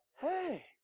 hey